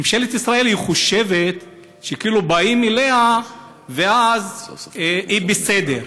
ממשלת ישראל חושבת שכאילו באים אליה ואז היא בסדר.